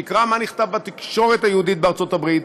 ויקרא מה נכתב בתקשורת היהודית בארצות הברית,